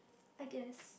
I guess